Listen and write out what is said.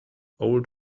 old